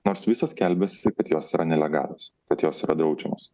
nors visos skelbiasi kad jos yra nelegalios kad jos yra draudžiamos